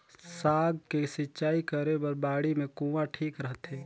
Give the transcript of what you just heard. साग के सिंचाई करे बर बाड़ी मे कुआँ ठीक रहथे?